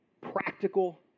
practical